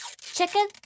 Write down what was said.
Chicken